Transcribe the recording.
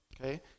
Okay